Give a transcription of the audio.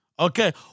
Okay